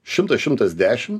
šimtas šimtas dešim